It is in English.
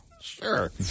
Sure